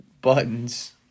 buttons